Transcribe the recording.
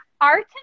Art